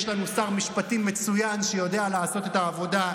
אתה בודק את הנתונים באיזה מצב המדינה נמצאת?